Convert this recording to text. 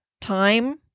time